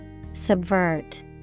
Subvert